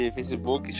Facebook